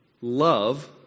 Love